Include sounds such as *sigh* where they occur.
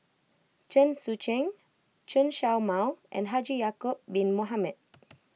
Chen Sucheng Chen Show Mao and Haji Ya'Acob Bin Mohamed *noise*